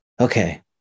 okay